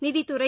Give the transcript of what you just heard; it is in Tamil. நிதித்துறை